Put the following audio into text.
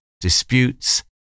disputes